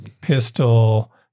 pistol